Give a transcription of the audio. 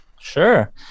Sure